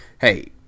hey